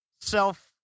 self